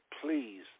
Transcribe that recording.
please